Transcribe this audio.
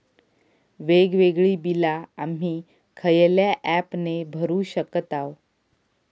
वेगवेगळी बिला आम्ही खयल्या ऍपने भरू शकताव?